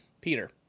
Peter